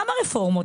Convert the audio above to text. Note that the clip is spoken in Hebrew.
כמה רפורמות?